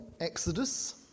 Exodus